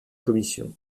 commission